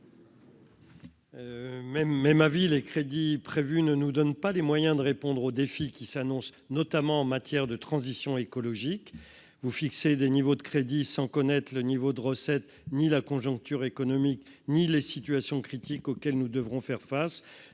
même avis les crédits prévus ne nous donne pas les moyens de répondre aux défis qui s'annoncent, notamment en matière de transition écologique vous fixer des niveaux de crédit sans connaître le niveau de recettes ni la conjoncture économique ni les situations critiques auxquelles nous devrons faire face,